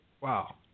Wow